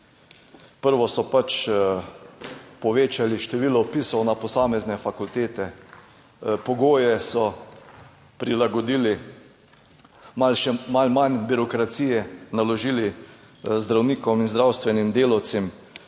Prvo so pač povečali število vpisov na posamezne fakultete, pogoje so prilagodili, še malo manj birokracije naložili zdravnikom in zdravstvenim delavcem,